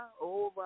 over